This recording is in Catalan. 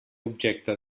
objecte